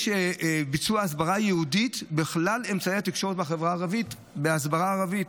יש הסברה ייעודית בכלל אמצעי התקשורת בחברה הערבית בהסברה ערבית,